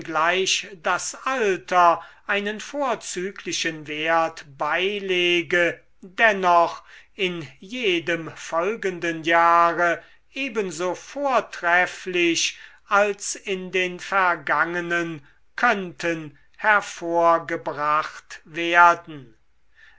das alter einen vorzüglichen wert beilege dennoch in jedem folgenden jahre ebenso vortrefflich als in den vergangenen könnten hervorgebracht werden